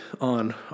on